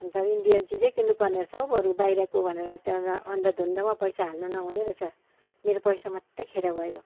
अन्त इन्डियन चिजै किन्नुपर्ने रहेछ हौ बरु बाहिरको भनेर त्यहाँ त अन्धाधुन्दामा पैसा हाल्नु नहुने रहेछ मेरो पैसा मात्रै खेर गयो